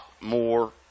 more